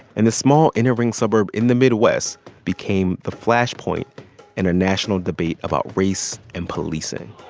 and the small, inner-ring suburb in the midwest became the flashpoint in a national debate about race and policing